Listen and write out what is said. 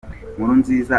nkurunziza